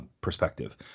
perspective